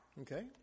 Okay